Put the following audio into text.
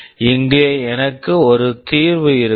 இங்கே எனக்கு ஒரு தீர்வு இருக்கிறது